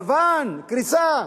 יוון, קריסה.